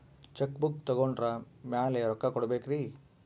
Check book ತೊಗೊಂಡ್ರ ಮ್ಯಾಲೆ ರೊಕ್ಕ ಕೊಡಬೇಕರಿ?